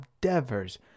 Devers